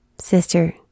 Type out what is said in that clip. Sister